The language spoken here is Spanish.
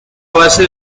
base